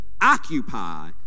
Occupy